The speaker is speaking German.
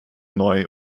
neu